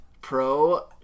pro